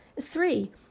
Three